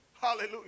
Hallelujah